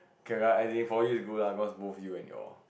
okay lah as in for you it's good cause both you and your